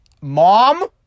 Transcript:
Mom